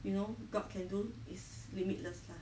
you know god can do is limitless ah